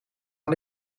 aan